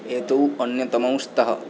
एतौ अन्यतमौ स्तः